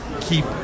keep